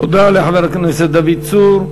תודה לחבר הכנסת דוד צור.